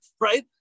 right